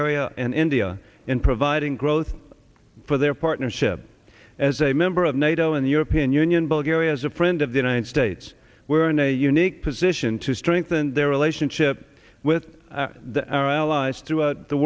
goa in india in providing growth for their partnership as a member of nato and the european union bulgaria as a friend of the united states we're in a unique position to strengthen their relationship with our allies throughout the